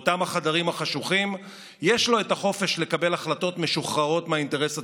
באותם חדרים חשוכים יש לו החופש לקבל החלטות משוחררות מהאינטרס הציבורי,